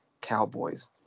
Cowboys